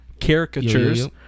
caricatures